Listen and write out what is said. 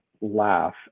laugh